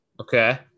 Okay